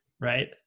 right